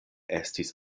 estis